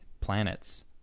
planets